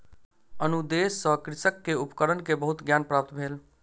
अनुदेश सॅ कृषक के उपकरण के बहुत ज्ञान प्राप्त भेल